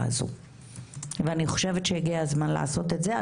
הזו ואני חושבת שהגיע הזמן לעשות את זה.